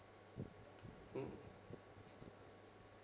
mm